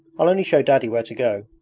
i'll only show daddy where to go